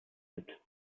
mit